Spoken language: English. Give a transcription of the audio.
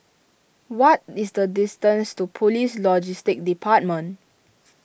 what is the distance to Police Logistics Department